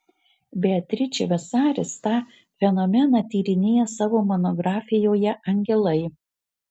beatričė vasaris tą fenomeną tyrinėja savo monografijoje angelai